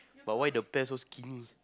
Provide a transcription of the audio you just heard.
but why the bear so skinny